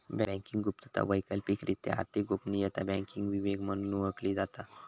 banking गुप्तता, वैकल्पिकरित्या आर्थिक गोपनीयता, बँकिंग विवेक म्हणून ओळखली जाता